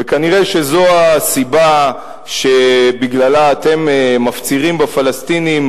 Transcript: וכנראה זו הסיבה שבגללה אתם מפצירים בפלסטינים